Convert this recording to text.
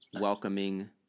welcoming